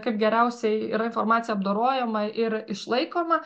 kaip geriausiai yra informacija apdorojama ir išlaikoma